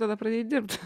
tada pradėjai dirbt